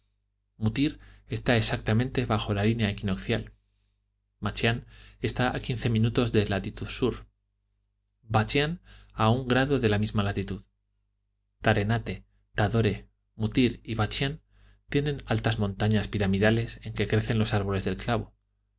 mutir está exactamente bajo la línea equinoccial machián está a quince minutos de latitud sur bachián a un grado de la misma latitud tarenate tadore mutir y bachián tienen altas montañas piramidales en que crecen los árboles del clavo